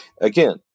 Again